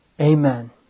Amen